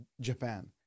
Japan